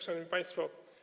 Szanowni Państwo!